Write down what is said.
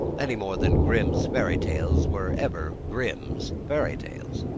any more than grimm's fairy tales were ever grimm's fairy tales.